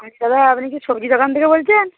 বলছি দাদা আপনি কি সবজি দোকান থেকে বলছেন